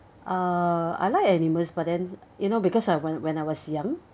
uh I like animals but then you know because I when when I was young